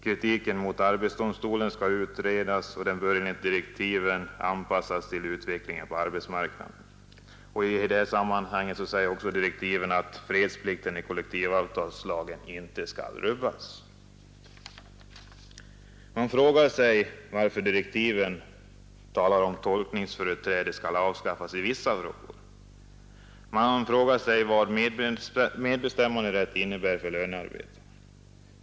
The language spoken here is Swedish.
Kritiken mot arbetsdomstolen skall utredas, och den bör enligt direktiven anpassas till utvecklingen på arbetsmarknaden. I detta sammanhang säger även direktiven att fredsplikten i kollektivavtalslagen inte bör rubbas. Man frågar sig varför direktiven talar om att tolkningsföreträdet skall avskaffas bara i vissa frågor. Man frågar sig vad medbestämmanderätt innebär för lönearbetarna.